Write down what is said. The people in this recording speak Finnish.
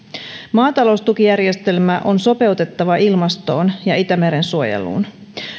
maataloustukijärjestelmä on sopeutettava ilmastoon ja itämeren suojeluun